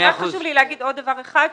חשוב לי לומר עוד דבר אחד.